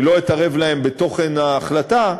אני לא אתערב להם בתוכן ההחלטה,